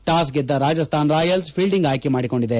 toss ಗೆದ್ದ Rajasthan Royal fielding ಆಯ್ಲೆ ಮಾಡಿಕೊಂಡಿದೆ